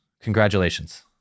Congratulations